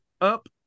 up